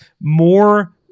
more